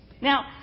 Now